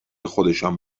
خودشان